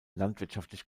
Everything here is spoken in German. landwirtschaftlich